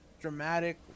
dramatic